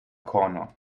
corner